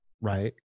right